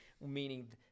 meaning